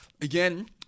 Again